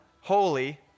holy